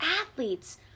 athletes